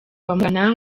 bamugana